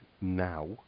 now